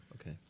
Okay